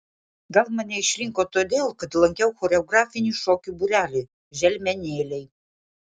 gal mane išrinko todėl kad lankiau choreografinį šokių būrelį želmenėliai